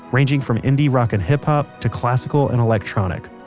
ranging from indie rock and hip-hop to classical and electronic.